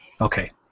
Okay